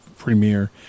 premiere